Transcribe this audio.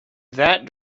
that